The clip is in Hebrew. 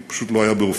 זה פשוט לא היה באופיו.